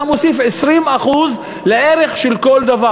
אתה מוסיף 20% לערך של כל דבר.